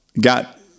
Got